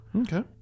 Okay